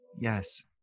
Yes